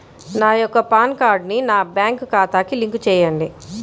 నా యొక్క పాన్ కార్డ్ని నా బ్యాంక్ ఖాతాకి లింక్ చెయ్యండి?